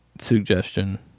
suggestion